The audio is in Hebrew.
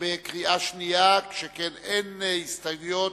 שכן אין הסתייגויות.